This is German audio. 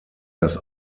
das